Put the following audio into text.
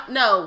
no